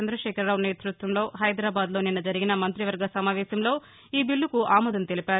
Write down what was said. చంద్ర శేఖర్ రావు నేతృత్వంలో హైదరాబాద్ లో నిన్న జరిగిన మంత్రి వర్గ సమావేశంలో ఈ బీల్ల కు ఆమోదం తెలిపారు